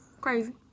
crazy